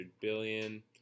billion